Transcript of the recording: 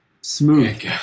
Smooth